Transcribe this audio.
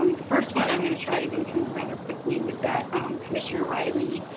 um the first one i'm going to try to go through rather quickly was that commissioner riley